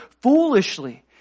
foolishly